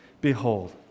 behold